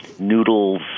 noodles